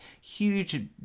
huge